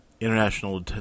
International